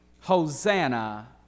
Hosanna